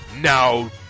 Now